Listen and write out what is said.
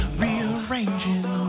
rearranging